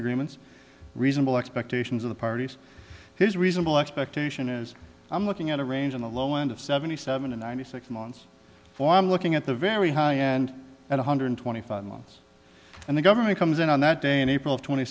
agreements reasonable expectations of the parties his reasonable expectation is i'm looking at a range on the low end of seventy seven and ninety six months for i'm looking at the very high and at one hundred twenty five months and the government comes in on that day in april twenty